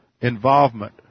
involvement